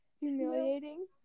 humiliating